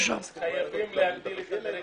--- חייבים להגדיל את הדירקטורים.